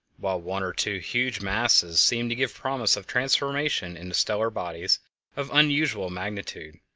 while one or two huge masses seem to give promise of transformation into stellar bodies of unusual magnitude.